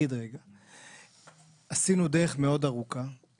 עשינו דרך מאוד ארוכה,